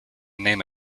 name